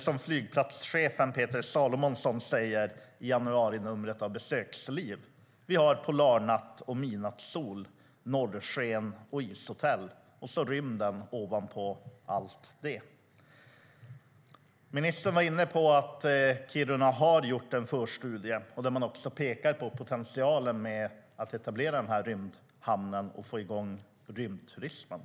Som flygplatschefen Peter Salomonsson säger i januarinumret av Besöksliv: Vi har polarnatt och midnattssol, norrsken och ishotell och så rymden ovanpå allt det. Ministern var inne på att Kiruna har gjort en förstudie där man pekar på potentialen i att etablera rymdhamnen och få i gång rymdturismen.